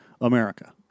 America